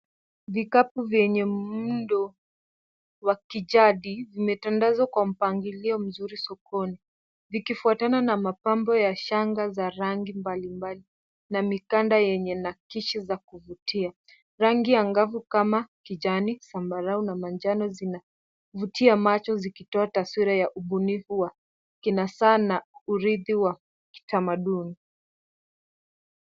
Vikapu vyenye muundo wa kijadi vimetandazwa kwa mpangilio mzuri sokoni. Vikifuatana na mapambo ya shanga za rangi mbalimbali na mikanda yenye nakishi za kuvutia. Rangi angavu kama, kijani, sambarau na manjano zinavutia macho zikitoa taswira ya ubunifu wa kinasaa na uridhi wa kitamaduni.